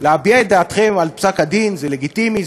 להביע את דעתכם על פסק-הדין זה לגיטימי,